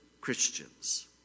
Christians